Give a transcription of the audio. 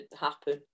happen